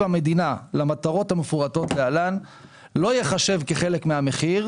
המדינה למטרות המפורטות להלן לא ייחשב כחלק מהמחיר",